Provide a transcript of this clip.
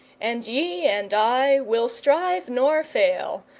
and ye and i will strive nor fail,